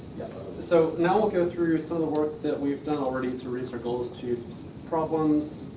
so now we'll go through some of the work that we've done already to reduce our goals to specific problems,